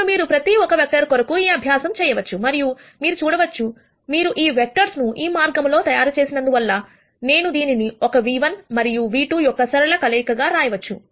ఇప్పుడు మీరు ప్రతి ఒక్క వెక్టర్ కొరకు ఈ అభ్యాసం చేయవచ్చు మరియు మీరు చూడవచ్చు మీరు ఈ వెక్టర్స్ ను ఈ మార్గము లో తయారు చేసినందువలన నేను దీనిని ఒక v1 మరియు v2 యొక్క ఒక సరళ కలయికగా రాయవచ్చు